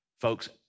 Folks